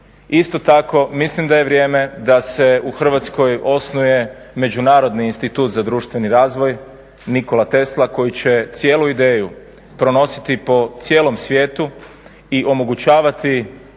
Isto tako mislim da je vrijeme da se u Hrvatskoj osnuje Međunarodni institut za društveni razvoj Nikola Tesla koji će cijelu ideju prenositi po cijelom svijetu i omogućavati